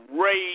rage